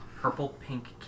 Purple-pink